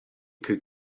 could